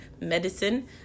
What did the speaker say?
Medicine